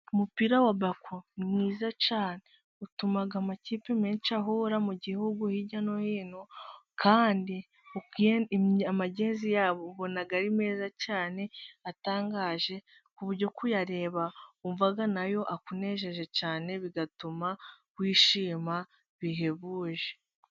Umupira wa bako ni mwiza cyane utuma amakipe menshi ahura mu gihugu hirya no hino, kandi amagezi yabo ubona ari meza cyane atangaje ku buryo kuyareba wumvanayo akunejeje cyane bigatuma wishima bihebuje.